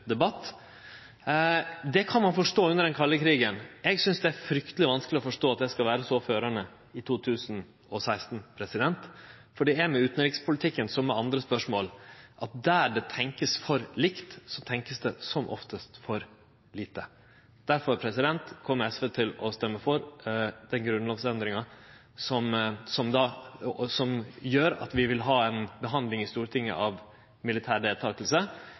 debatt. Det kan ein forstå under den kalde krigen. Eg synest det er frykteleg vanskeleg å forstå at det skal vere førande i 2016, for det er med utanrikspolitikken som med andre spørsmål, at der det vert tenkt for likt, vert det som oftast tenkt for lite. Derfor kjem SV til å stemme for den grunnlovsendringa som gjer at vi vil ha behandling i Stortinget ved militær